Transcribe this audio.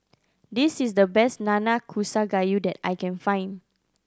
this is the best Nanakusa Gayu that I can find